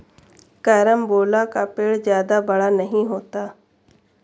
carambola का पेड़ जादा बड़ा नहीं होता